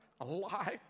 alive